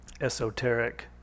esoteric